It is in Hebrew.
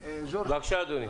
אחת.